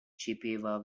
chippewa